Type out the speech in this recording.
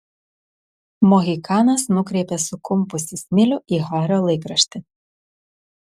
mohikanas nukreipė sukumpusį smilių į hario laikraštį